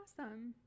awesome